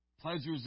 pleasures